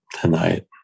tonight